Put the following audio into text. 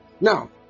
Now